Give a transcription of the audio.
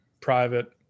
private